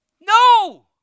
No